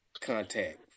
contact